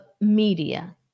media